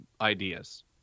ideas